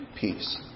peace